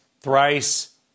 thrice